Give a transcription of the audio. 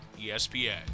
ESPN